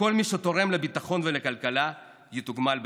שכל מי שתורם לביטחון ולכלכלה יתוגמל בהתאם.